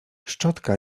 szczotka